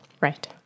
Right